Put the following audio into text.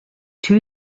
two